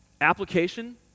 application